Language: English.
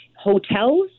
hotels